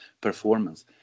performance